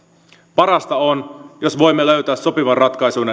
parasta on jos voimme löytää sopivan ratkaisun